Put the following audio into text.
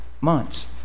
months